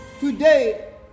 today